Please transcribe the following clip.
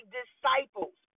disciples